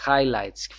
Highlights